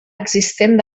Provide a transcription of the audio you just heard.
existent